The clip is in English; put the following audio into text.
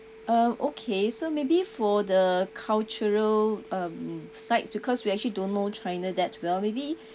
um okay so maybe for the cultural um sites because we actually don't know china that well maybe